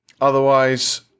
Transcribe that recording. Otherwise